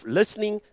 listening